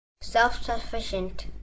Self-sufficient